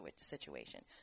situation